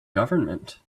government